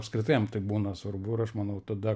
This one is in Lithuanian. apskritai jam tai būna svarbu ir aš manau tada